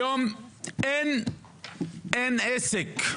היום אין עסק,